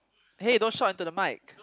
hey don't shout into the mic